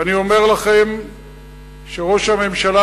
ואני אומר לכם שראש הממשלה,